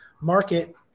market